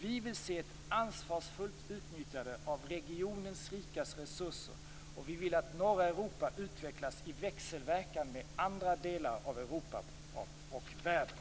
Vi vill se ett ansvarsfullt utnyttjande av regionens rika resurser. Vi vill att norra Europa utvecklas i växelverkan med andra delar av Europa och världen.